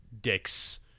dicks